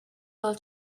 will